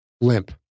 limp